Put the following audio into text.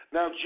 Now